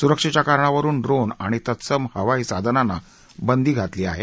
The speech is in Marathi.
सुरक्षेच्या कारणावरून ड्रोन आणि तत्सम हवाई साधनांना बंदी घातली आहे